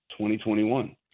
2021